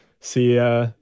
see